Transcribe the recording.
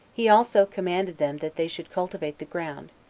he also commanded them that they should cultivate the ground,